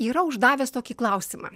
yra uždavęs tokį klausimą